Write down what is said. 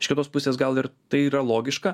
iš kitos pusės gal ir tai yra logiška